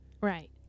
Right